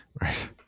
Right